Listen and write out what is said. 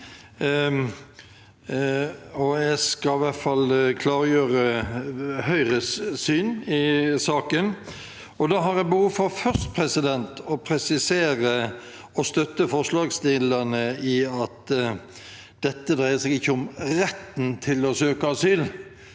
Jeg skal i hvert fall klargjøre Høyres syn i saken, og da har jeg først behov for å presisere og støtte forslagsstillerne i at dette ikke dreier seg om retten til å søke asyl.